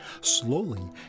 Slowly